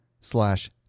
slash